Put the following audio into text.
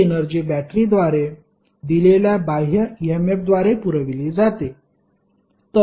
ही energy बॅटरीद्वारे दिलेल्या बाह्य ईएमएफद्वारे पुरविली जाते